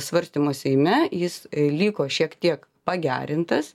svarstymo seime jis liko šiek tiek pagerintas